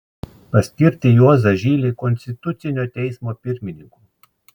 paskirti juozą žilį konstitucinio teismo pirmininku